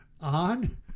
on